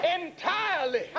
entirely